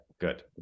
good